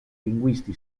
linguisti